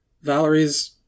Valerie's